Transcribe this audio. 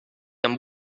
amb